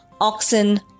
oxen